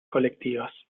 colectivas